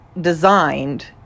designed